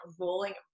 rolling